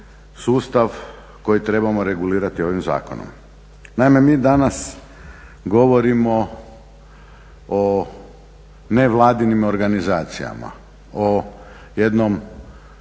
koji trebamo regulirati ovim zakonom. Naime, mi danas govorimo o nevladinim organizacijama, o jednom